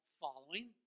following